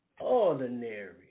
ordinary